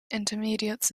intermediates